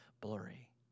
blurry